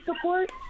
support